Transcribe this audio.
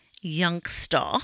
youngster